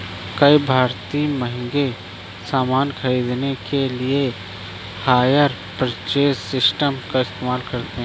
कई भारतीय महंगे सामान खरीदने के लिए हायर परचेज सिस्टम का इस्तेमाल करते हैं